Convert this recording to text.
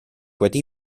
wedi